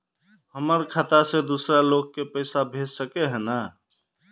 हमर खाता से दूसरा लोग के पैसा भेज सके है ने?